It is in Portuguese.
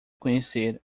conhecer